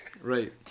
Right